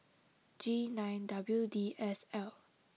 G nine W D S L